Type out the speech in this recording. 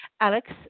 Alex